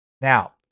Now